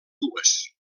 dues